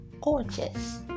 gorgeous